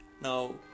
Now